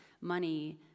money